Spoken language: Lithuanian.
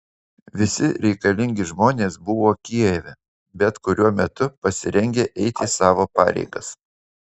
visi reikalingi žmonės buvo kijeve bet kuriuo metu pasirengę eiti savo pareigas